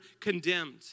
condemned